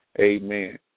Amen